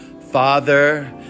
father